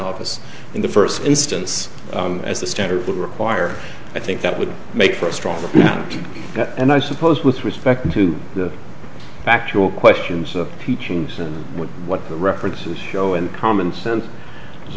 office in the first instance as the standard would require i think that would make for a stronger and i suppose with respect to the factual questions of teaching what the references show and common sense as